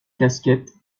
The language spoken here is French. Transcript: casquettes